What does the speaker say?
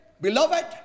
beloved